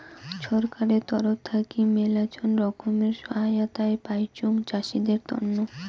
ছরকারের তরফ থাকি মেলাছেন রকমের সহায়তায় পাইচুং চাষীদের তন্ন